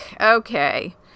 Okay